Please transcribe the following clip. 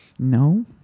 No